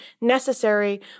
necessary